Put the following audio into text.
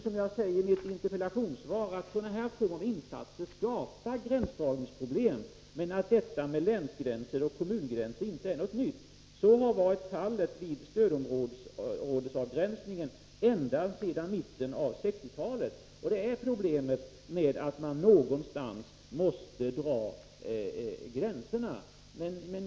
Som jag säger i mitt interpellationssvar skapar sådana insatser gränsdragningsproblem. Problemet med gränsdragningarna, på länsresp. kommunnivå, är emellertid inte någonting nytt. Det har varit detsamma vid stödområdesavgränsningen ända sedan mitten av 1960-talet. Problemet är att man någonstans måste dra gränserna.